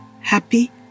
happy